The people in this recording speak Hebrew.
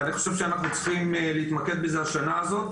אני חושב שאנחנו צריכים להתמקד בזה השנה הזאת.